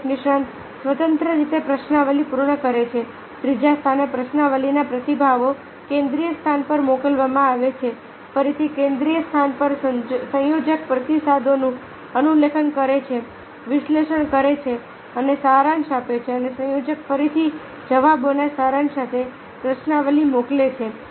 દરેક નિષ્ણાત સ્વતંત્ર રીતે પ્રશ્નાવલી પૂર્ણ કરે છે ત્રીજા સ્થાને પ્રશ્નાવલીના પ્રતિભાવો કેન્દ્રિય સ્થાન પર મોકલવામાં આવે છે ફરીથી કેન્દ્રીય સ્થાન પર સંયોજક પ્રતિસાદોનું અનુલેખન કરે છે વિશ્લેષણ કરે છે અને સારાંશ આપે છે અને સંયોજક ફરીથી જવાબોના સારાંશ સાથે પ્રશ્નાવલી મોકલે છે